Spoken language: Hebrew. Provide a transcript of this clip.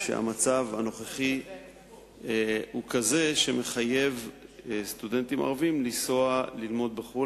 שהמצב הנוכחי הוא כזה שמחייב סטודנטים ערבים לנסוע ללמוד בחו"ל,